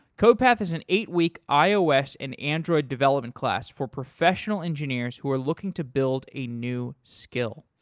codepath is an eight week ios and android development class for professional engineers who are looking to build a new skill.